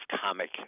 comic